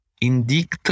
indict